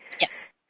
Yes